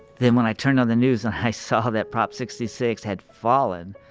then, when i turn on the news and i saw that prop sixty six had fallen,